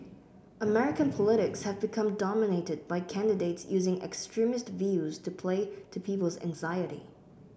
American politics have become dominated by candidates using extremist views to play to people's anxiety